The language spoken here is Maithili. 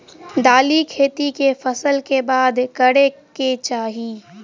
दालि खेती केँ फसल कऽ बाद करै कऽ चाहि?